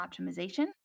optimization